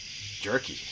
jerky